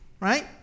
right